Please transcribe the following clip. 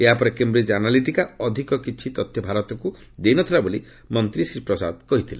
ଏହାପରେ Cambridge Analytica ଅଧିକ କିଛି ତଥ୍ୟ ଭାରତକୁ ଦେଇ ନ ଥିଲା ବୋଲି ମନ୍ତୀ ଶ୍ରୀ ପ୍ରସାଦ କହିଥିଲେ